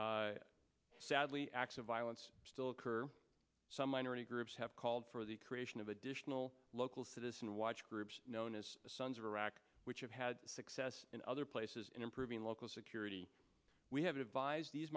sadly acts of violence still occur some minority groups have called for the creation of additional local citizen watch groups known as the sons of iraq which have had success in other places in improving local security we have advised these